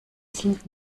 sind